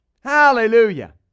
Hallelujah